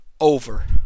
over